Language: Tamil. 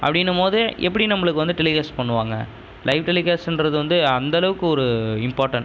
அப்பனு போதே எப்படி நம்பளுக்கு வந்து டெலிகாஸ்ட் பண்ணுவாங்கள் லைவ் டெலிகாஸ்டுகின்றது வந்து அந்தளவுக்கு ஒரு இம்பார்டண்ட்